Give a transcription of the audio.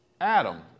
Adam